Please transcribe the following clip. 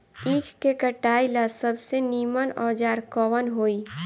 ईख के कटाई ला सबसे नीमन औजार कवन होई?